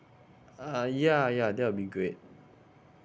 uh ya ya that will be great